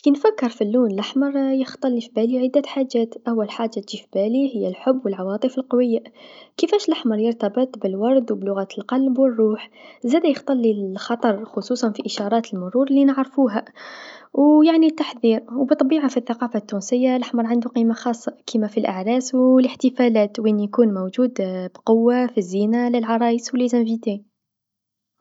كنفكر في اللون لحمر يخطرلي في باي عدة حاجات أول حاجه هي الحب و العواطف القويه، كيفاش لحمر يرتبط بالورد و بلغة القلب و الروح، زادا يخطرلي لخطر خصوصا في إشارات المرور لنعرفوها و يعني التحذير و بالطبيعه في الثقافه التونسيه لحمر عندو قيمه خاصه كيما في الأعراس و الإحتفالات وين يكون موجود بقوه في الزينه للعرائس و المدعوين.